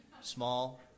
small